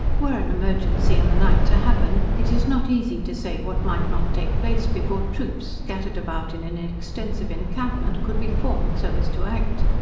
were an emergency in the night to happen, it is not easy to say what might not take place before troops, scattered about in an extensive encampment, could be formed, so as to act.